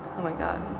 oh my god.